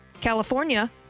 California